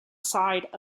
side